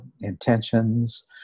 intentions